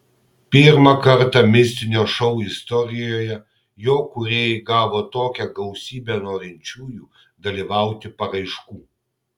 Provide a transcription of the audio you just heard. pirmą kartą mistinio šou istorijoje jo kūrėjai gavo tokią gausybę norinčiųjų dalyvauti paraiškų